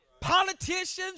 Politicians